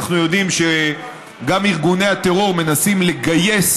אנחנו יודעים שגם ארגוני הטרור מנסים לגייס